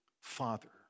father